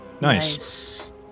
nice